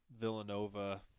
Villanova